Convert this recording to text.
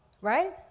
Right